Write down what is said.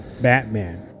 Batman